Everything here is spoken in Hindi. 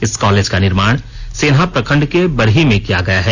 इस कॉलेज का निर्माण सेन्हा प्रखंड के बरही में किया गया है